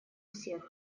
всех